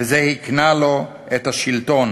וזה הקנה לו את השלטון,